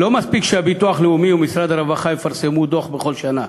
לא מספיק שהביטוח הלאומי ומשרד הרווחה יפרסמו דוח בכל שנה,